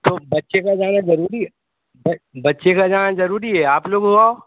तो बच्चे का जाना ज़रूरी है बच्चे का जाना ज़रूरी है आप लोग हो आओ